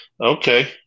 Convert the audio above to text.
Okay